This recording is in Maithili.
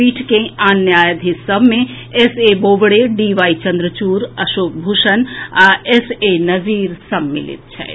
पीठ के आन न्यायाधीश सभ मे S A Bobde D Y Chandrachud Ashok Bhushan आ एस ए नजीर सम्मिलित छथि